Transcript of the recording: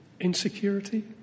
insecurity